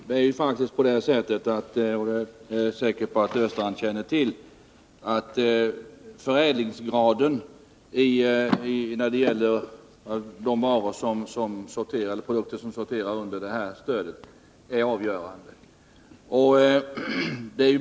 Herr talman! Jag är säker på att Olle Östrand känner till att det är förädlingsgraden på dessa produkter som är avgörande för om transportstöd beviljas eller ej.